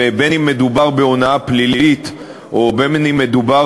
בין שמדובר בהונאה פלילית ובין שמדובר